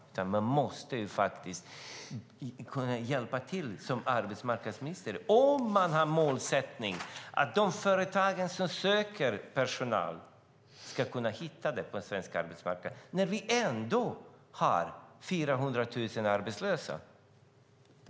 Som arbetsmarknadsminister måste man kunna hjälpa till om man har målsättningen att de företag som söker personal ska kunna hitta den på en svensk arbetsmarknad när vi ändå har 400 000 arbetslösa.